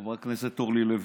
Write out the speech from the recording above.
חברת הכנסת אורלי לוי,